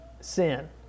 sin